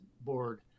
board